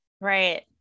Right